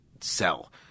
sell